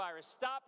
Stop